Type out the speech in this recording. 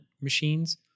machines